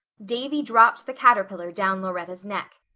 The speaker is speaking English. davy dropped the caterpillar down lauretta's neck.